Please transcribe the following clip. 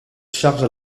chargent